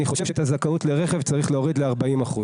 חושב שאת הזכאות לרכב צריך להוריד ל-40%.